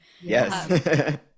Yes